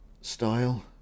Style